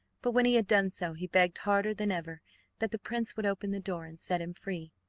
but when he had done so he begged harder than ever that the prince would open the door and set him free.